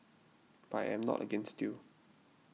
but I am not against you